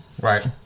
right